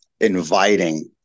inviting